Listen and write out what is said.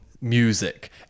music